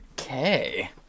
Okay